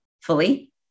fully